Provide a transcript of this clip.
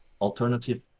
alternative